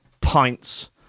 pints